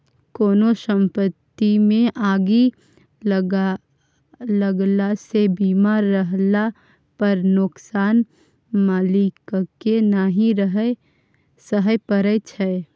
कोनो संपत्तिमे आगि लगलासँ बीमा रहला पर नोकसान मालिककेँ नहि सहय परय छै